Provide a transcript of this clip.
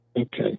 Okay